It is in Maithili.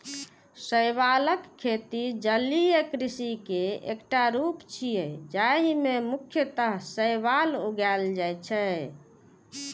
शैवालक खेती जलीय कृषि के एकटा रूप छियै, जाहि मे मुख्यतः शैवाल उगाएल जाइ छै